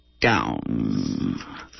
down